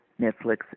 Netflix